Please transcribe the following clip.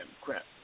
crap